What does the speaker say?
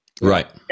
Right